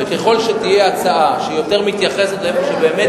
וככל שתהיה הצעה שמתייחסת יותר למקום שבאמת